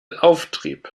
auftrieb